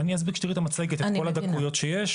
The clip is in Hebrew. מספיק שתראי את המצגת, את כל הדקויות שיש.